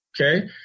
okay